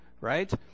right